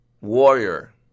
warrior